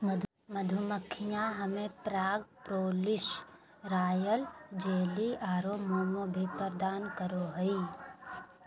मधुमक्खियां हमें पराग, प्रोपोलिस, रॉयल जेली आरो मोम भी प्रदान करो हइ